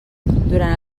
durant